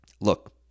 Look